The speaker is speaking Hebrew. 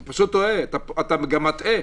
אתה פשוט טועה ואתה גם מטעה.